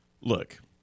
look